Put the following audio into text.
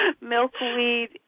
Milkweed